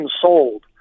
sold